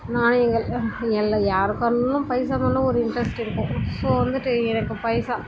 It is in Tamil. நானே எங்கள் இல்லை யாருக்கா இருந்தாலும் பைசா மேலே ஒரு இன்ட்ரெஸ்ட் இருக்கும் ஸோ வந்துட்டு எனக்கு பைசா